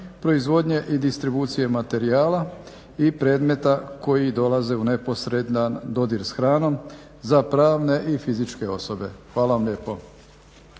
proizvodnje i distribucije materijala i predmeta koji dolaze u neposredan dodir s hranom za pravne i fizičke osobe. Hvala vam lijepo.